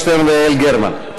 מנואל טרכטנברג,